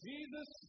Jesus